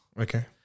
Okay